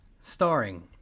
Starring